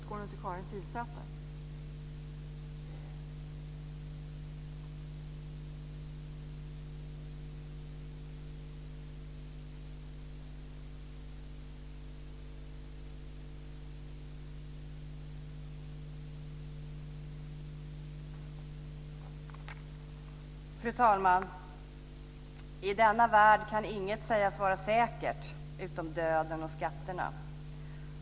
Fru talman! I denna värld kan inget sägas vara säkert utom döden och skatterna.